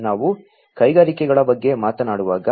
ನಾವು ಕೈಗಾರಿಕೆಗಳ ಬಗ್ಗೆ ಮಾತನಾಡುವಾಗ